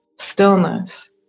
stillness